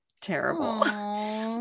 terrible